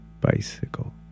Bicycle